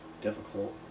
difficult